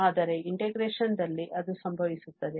ಆದರೆ integration ದಲ್ಲಿ ಅದು ಸಂಭವಿಸುತ್ತದೆ